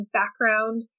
background